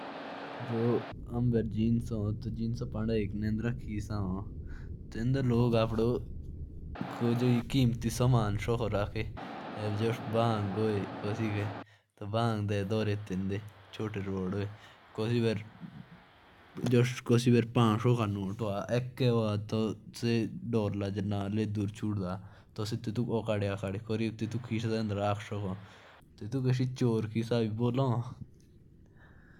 जैसे मेरे पास जीन्स पेंट है और जो उस पे एक छोटा सा जेब होता है उसे चोर जेब भी बोलते हैं।